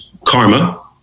Karma